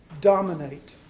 dominate